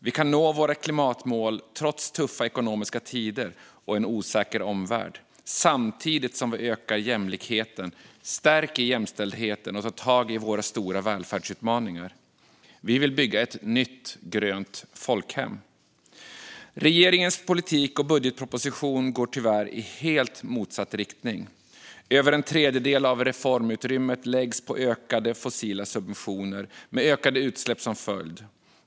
Vi kan nå våra klimatmål trots tuffa ekonomiska tider och en osäker omvärld samtidigt som vi ökar jämlikheten, stärker jämställdheten och tar tag i våra stora välfärdsutmaningar. Vi vill bygga ett nytt grönt folkhem. Regeringens politik och budgetproposition går tyvärr i helt motsatt riktning. Över en tredjedel av reformutrymmet läggs på ökade fossila subventioner, med ökade utsläpp som följd.